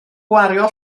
gwario